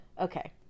Okay